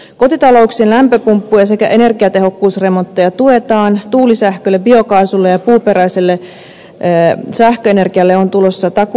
kotitalouksien lämpöpumppuja sekä energiatehokkuusremontteja tuetaan tuulisähkölle biokaasulle ja puuperäiselle sähköenergialle on tulossa takuuhintajärjestelmät